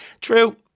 True